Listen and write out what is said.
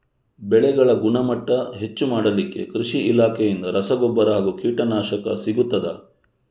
ಬೆಳೆಗಳ ಗುಣಮಟ್ಟ ಹೆಚ್ಚು ಮಾಡಲಿಕ್ಕೆ ಕೃಷಿ ಇಲಾಖೆಯಿಂದ ರಸಗೊಬ್ಬರ ಹಾಗೂ ಕೀಟನಾಶಕ ಸಿಗುತ್ತದಾ?